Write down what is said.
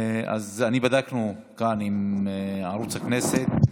בדקנו עם ערוץ הכנסת,